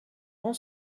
rend